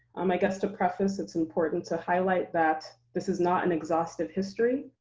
um i guess to preface it's important to highlight that this is not an exhaustive history.